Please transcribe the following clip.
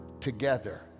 together